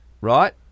right